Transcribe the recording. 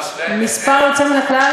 זה מספר יוצא מן הכלל,